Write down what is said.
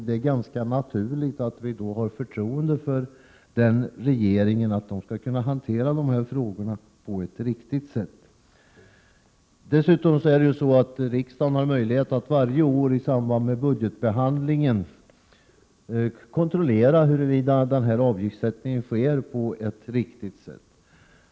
Det är ganska naturligt att vi har det förtroendet för regeringen att den skall kunna hantera dessa frågor på ett riktigt sätt. Dessutom har riksdagen möjlighet att varje år i samband med budgetbehandlingen kontrollera huruvida avgiftssättningen sker på ett riktigt sätt.